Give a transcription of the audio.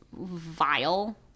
vile